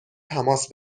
تماس